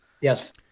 Yes